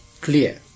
clear